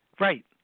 Right